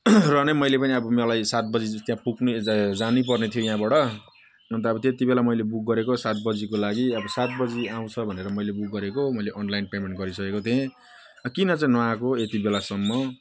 र नै मैले पनि अब मलाई सात बजी चाहिँ त्यहाँ पुग्ने जा जानैपर्ने थियो यहाँबाट अन्त अब त्यत्ति बेला मैले बुक गरेको सात बजीको लागि अब सात बजी आउँछ भनेर मैले बुक गरेको मैले अनलाइन पेमेन्ट गरिसकेको थिएँ किन चाहिँ नआएको यति बेलासम्म